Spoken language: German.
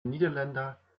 niederländer